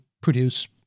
produce